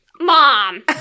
mom